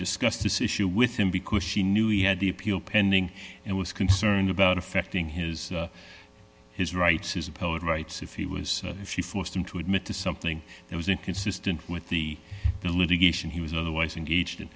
discuss this issue with him because she knew he had the appeal pending and was concerned about affecting his his rights as a poet rights if he was if you forced him to admit to something that was inconsistent with the litigation he was otherwise engaged